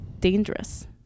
dangerous